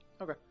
Okay